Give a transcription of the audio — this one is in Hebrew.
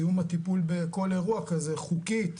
סיום הטיפול בכל אירוע כזה, חוקית,